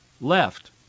left